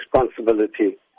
responsibility